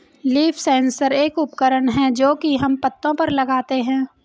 leaf sensor एक उपकरण है जो की हम पत्तो पर लगाते है